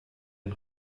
den